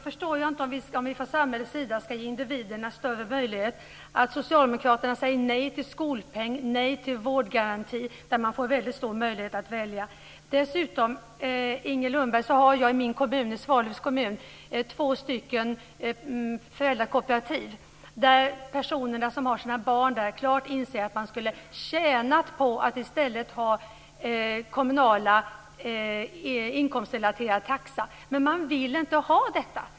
Herr talman! Om vi från samhällets sida ska ge individerna större möjligheter förstår jag inte att socialdemokraterna säger nej till skolpeng och vårdgaranti, som ger en väldigt stor möjlighet att välja. Vi har, Inger Lundberg, i min hemkommun Svalöv två föräldrakooperativ. De personer som har sina barn där inser klart att de skulle tjäna på att i stället ha kommunal inkomstrelaterad taxa, men de vill inte ha detta.